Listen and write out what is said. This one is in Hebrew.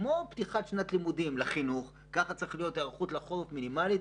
כמו בפתיחת שנת לימודים לחינוך ככה צריכה להיות היערכות מינימלית לחורף,